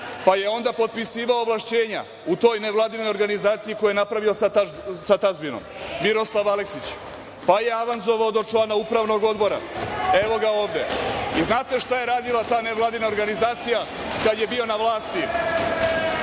Onda je potpisivao ovlašćenja u toj nevladinoj organizaciji koju je napravio sa tazbinom. Miroslav Aleksić. Pa je avanzovao do člana upravnog odbora. Evo ga ovde. Znate šta je radila ta nevladina organizacija kad je bio na vlasti?